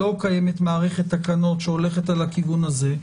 לא קיימת מערכת תקנות שהולכת על הכיוון הזה.